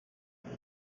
they